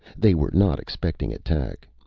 they were not expecting attack.